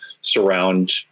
surround